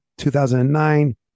2009